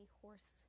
horse